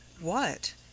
What